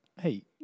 hey